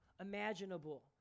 imaginable